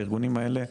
לארגונים האלה.